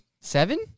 seven